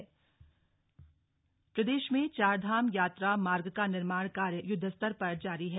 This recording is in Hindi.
ऑल वेदर रोड प्रदेश में चारधाम यात्रा मार्ग का निर्माण कार्य युद्धस्तर पर जारी है